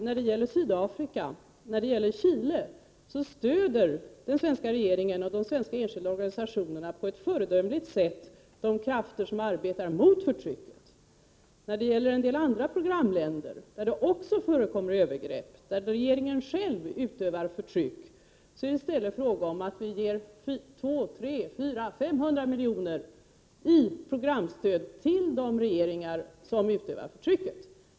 När det gäller Sydafrika och Chile stöder den svenska regeringen och de svenska enskilda organisationerna på ett föredömligt sätt de krafter som arbetar mot förtrycket. När det gäller en del andra programländer, där det också förekommer övergrepp och där regeringen själv utövar förtryck, är det i stället fråga om att ge 200, 300, 400, 500 milj.kr. i programstöd till de regeringar som utövar förtrycket.